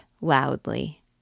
loudly